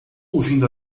ouvindo